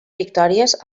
victòries